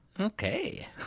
Okay